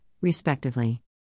respectively